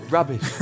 Rubbish